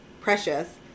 precious